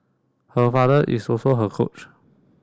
her father is also her coach